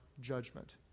judgment